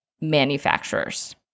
manufacturers